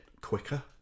quicker